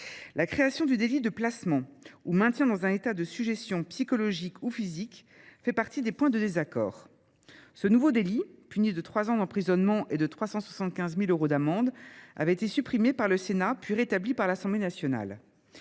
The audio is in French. La création du délit de placement ou de maintien dans un état de sujétion psychologique ou physique fait partie des points de désaccord. Ce nouveau délit, puni de trois ans d’emprisonnement et de 375 000 euros d’amende, a été supprimé par le Sénat puis rétabli par l’Assemblée nationale.